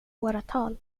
åratal